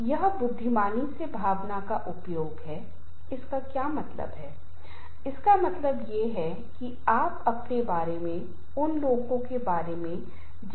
यदि आप अच्छे संबंध नहीं बना रहे हैं यदि आप एक दूसरे को ठीक से नहीं समझते हैं तो एक मौका है कि हम अपने आप को संघर्ष की स्थिति में डाल देंगे